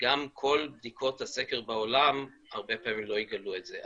וגם כל בדיקות הסקר בעולם הרבה פעמים לא יגלו את זה.